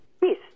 Yes